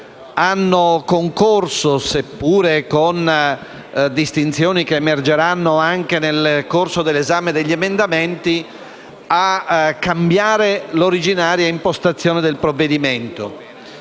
hanno concorso, seppure con distinzioni che emergeranno nel corso dell'esame degli emendamenti, a cambiare l'originaria impostazione del provvedimento.